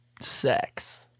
sex